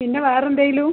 പിന്നെ വേറെ എന്തെങ്കിലും